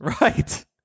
Right